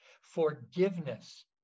Forgiveness